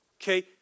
Okay